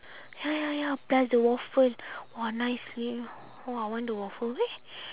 ya ya ya plus the waffle !wah! nice leh !wah! I want the waffle eh